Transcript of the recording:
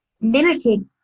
limited